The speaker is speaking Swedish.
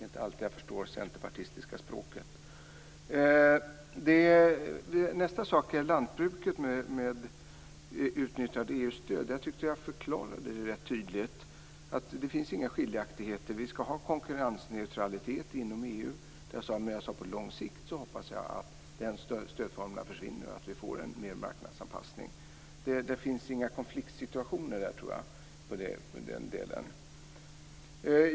Det är inte alltid som jag förstår det centerpartistiska språket. Det andra var lantbruket och det utnyttjade EU stödet. Jag tyckte att jag förklarade rätt tydligt att det inte finns några skiljaktigheter. Vi skall ha konkurrensneutralitet inom EU. Jag sade att jag på lång sikt hoppas att de här stödformerna försvinner, och att vi i högre grad får en marknadsanpassning. Det finns alltså inga konfliktsituationer i den delen.